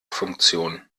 funktion